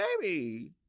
baby